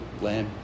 lamb